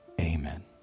Amen